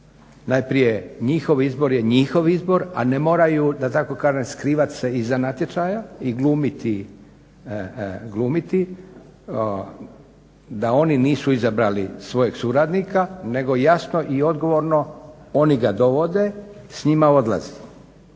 Najprije, njihov izbor je njihov izbor, a ne moraju da tako kažem skrivati se iza natječaja i glumiti da oni nisu izabrali svojeg suradnika nego jasno i odgovorno oni ga dovode, s njima odlazi.